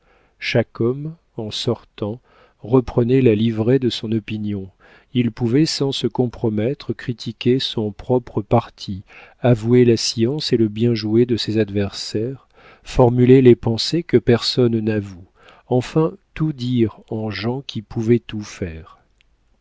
chaque homme en sortant reprenait la livrée de son opinion il pouvait sans se compromettre critiquer son propre parti avouer la science et le bien jouer de ses adversaires formuler les pensées que personne n'avoue enfin tout dire en gens qui pouvaient tout faire